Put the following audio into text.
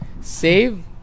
save